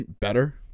better